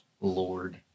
Lord